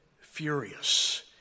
furious